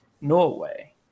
Norway